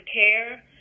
care